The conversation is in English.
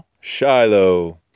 Shiloh